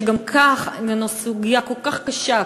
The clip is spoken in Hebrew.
כשגם כך זו סוגיה כל כך קשה,